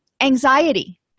Anxiety